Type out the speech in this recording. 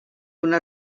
una